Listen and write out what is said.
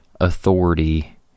authority